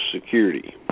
Security